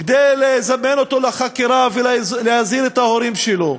כדי לזמן אותו לחקירה ולהזהיר את ההורים שלו.